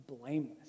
blameless